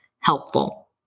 helpful